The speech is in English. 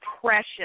precious